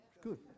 Good